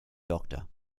doctor